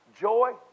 Joy